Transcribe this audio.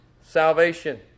salvation